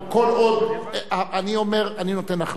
אני נותן החלטה שתחייב גם את היושבים-ראש.